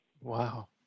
Wow